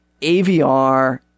AVR